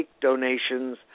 donations